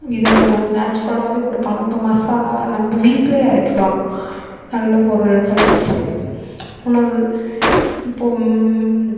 இதை நேட்சுரலாகவே கொடுப்பாங்க இப்போ மசாலா நம்ம வீட்டிலயே அரைக்கலாம் நல்ல பொருள்களை வச்சு உணவு இப்போது